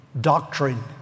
doctrine